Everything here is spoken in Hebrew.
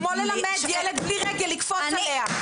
זה כמו ללמד ילד בלי רגל לקפוץ עליה.